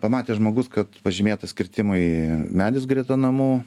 pamatė žmogus kad pažymėtas kirtimui medis greta namų